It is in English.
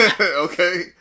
Okay